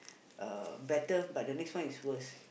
uh better but the next one is worse